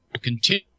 continue